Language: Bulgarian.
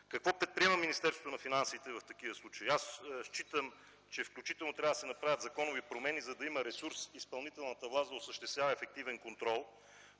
Какво предприема Министерството на финансите в такива случаи? Считам, че трябва да се направят законови промени, за да има ресурс изпълнителната власт да осъществява ефективен контрол.